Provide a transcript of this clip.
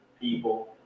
people